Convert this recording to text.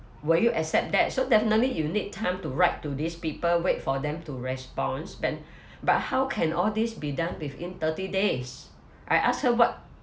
will you accept that so definitely you need time to write to these people wait for them to response then but how can all this be done within thirty days I asked her what